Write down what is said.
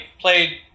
played